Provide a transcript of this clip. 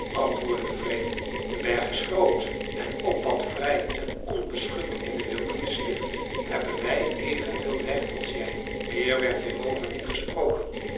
antwoordden de vreemden de berg is groot en op wat vrij en onbeschut in de wildernis ligt hebben wij evenveel recht als jij meer werd hierover niet gesproken